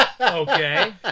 okay